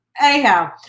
anyhow